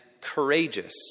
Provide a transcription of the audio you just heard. courageous